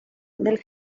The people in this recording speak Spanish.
del